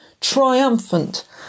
triumphant